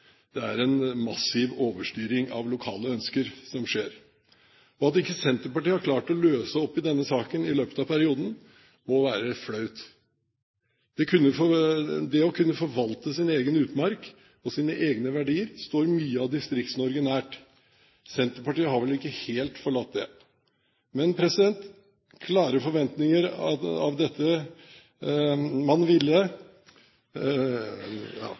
Det er en massiv overstyring av lokale ønsker som skjer. At ikke Senterpartiet har klart å løse opp i denne saken i løpet av perioden, må være flaut. Det å kunne forvalte sin egen utmark, sine egne verdier, står mye av Distrikts-Norge nært. Senterpartiet har vel ikke helt forlatt det. Ved å kreve at det skal skje innenfor noen nasjonale rammer og stimulere til lokal debatt vil dette